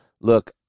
Look